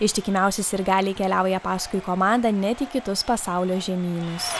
ištikimiausi sirgaliai keliauja paskui komandą net į kitus pasaulio žemynus